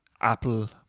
Apple